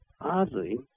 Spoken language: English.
oddly